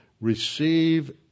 receive